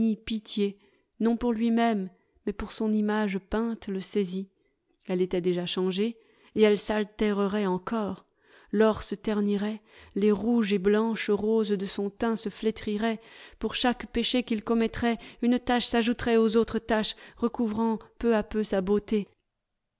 pitié non pour lui-même mais pour son image peinte le saisit elle était déjà changée et elle s'altérerait encore l'or se ternirait les rouges et blanches roses de son teint se flétriraient pour chaque péché qu'il commettrait une tache s'ajouterait aux autres taches recouvrant peu à peu sa beauté